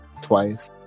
Twice